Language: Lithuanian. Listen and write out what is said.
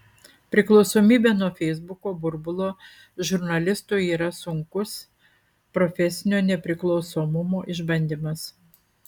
priklausomybė nuo feisbuko burbulo žurnalistui yra sunkus profesinio nepriklausomumo išbandymas